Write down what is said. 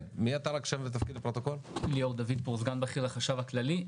אני סגן בכיר לחשב הכללי.